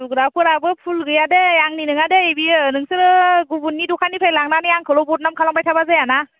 सुग्राफोराबो भुल गैया दै आंनि नङा दै बेयो नोंसोरो गुबुननि दखाननिफ्राय लांनानै आंखौल' बदनाम खालामबाय थाबा जायाना